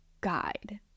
guide